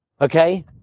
okay